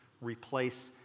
replace